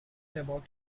about